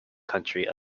country